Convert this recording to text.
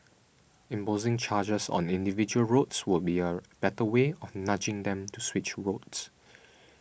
imposing charges on individual roads would be a better way of nudging them to switch routes